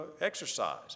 exercise